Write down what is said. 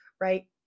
right